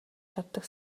чаддаг